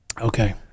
okay